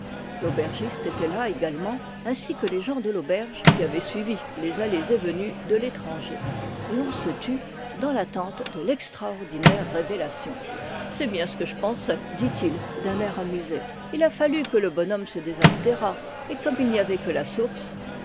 l'aubergiste était là également ainsi que les gens de l'auberge qui avaient suivi les allées et venues de l'étranger et on se tut dans l'attente de l'extraordinaire révélation c'est bien ce que je pensais dit-il d'un air amusé il a fallu que le bonhomme se désaltérât et comme il n'y avait que la source